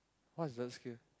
what's the skill